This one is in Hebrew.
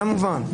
זה מובן,